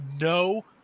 no